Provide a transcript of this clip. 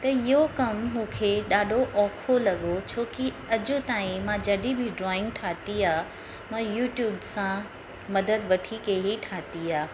त इहो कमु मूंखे ॾाढो औखो लॻो छो कि अॼु ताईं मां जॾहिं बि ड्रॉइंग ठाही आहे मां यूट्यूब सां मदद वठी करे ई ठाही आहे